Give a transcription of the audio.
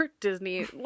Disney